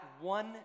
one